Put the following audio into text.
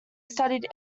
studied